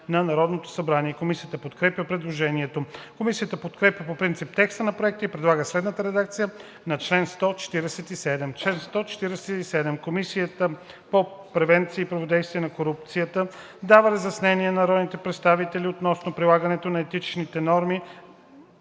на корупцията“.“ Комисията подкрепя предложението. Комисията подкрепя по принцип текста на Проекта и предлага следната редакция на чл. 147: „Чл. 147. Комисията по превенция и противодействие на корупцията дава разяснения на народните представители относно прилагането на етичните норми